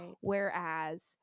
Whereas